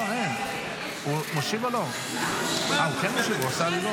אין מחיאות כפיים.